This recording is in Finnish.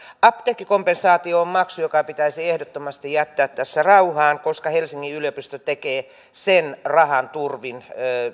apteekkikompensaatio on maksu joka pitäisi ehdottomasti jättää tässä rauhaan koska helsingin yliopisto tekee sen rahan turvin